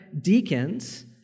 deacons